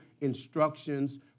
instructions